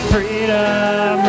Freedom